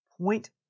Point